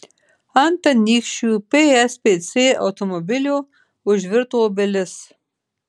ant anykščių pspc automobilio užvirto obelis